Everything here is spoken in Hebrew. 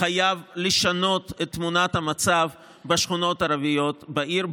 חייב לשנות את תמונת המצב בשכונות הערביות בעיר,